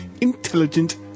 Intelligent